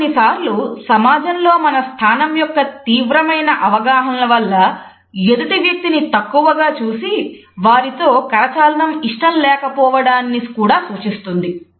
ఇది కొన్నిసార్లు సమాజంలో మన స్థానం యొక్క తీవ్రమైన అవగాహన వలన ఎదుటి వ్యక్తిని తక్కువగా చూసి వారితో కరచాలనం ఇష్టం లేకపోవడం లేకపోవడాన్ని కూడా సూచిస్తుంది